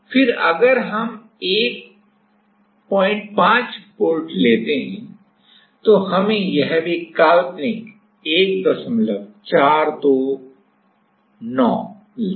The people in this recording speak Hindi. फिर अगर हम 15 वोल्ट लेते हैं तो हमें यह भी काल्पनिक 1429 मिलता है